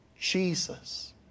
Jesus